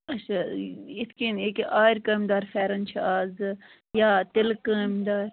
اَچھا یِتھ کٔنۍ ییٚکیٛاہ آرِ کٲم دار فٮ۪رن چھِ آز یا تِلہٕ کٲمہِ دار